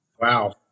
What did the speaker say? Wow